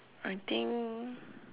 I think